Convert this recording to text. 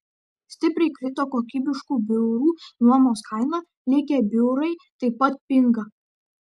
stipriai krito kokybiškų biurų nuomos kaina likę biurai taip pat pinga